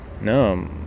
no